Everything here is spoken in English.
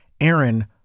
Aaron